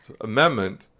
Amendment